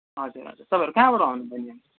हजुर हजुर तपाईँहरू कहाँबाट आउनु बहिनीहरू